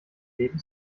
leben